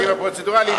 היחסים הפרוצדורליים,